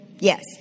Yes